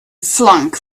flung